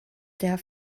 der